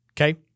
Okay